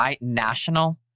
national